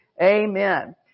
Amen